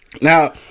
Now